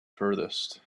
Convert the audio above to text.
furthest